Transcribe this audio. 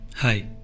Hi